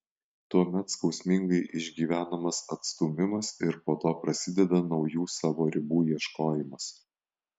tuomet skausmingai išgyvenamas atstūmimas ir po to prasideda naujų savo ribų ieškojimas